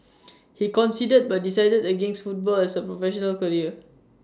he considered but decided against football as A professional career